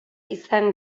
izan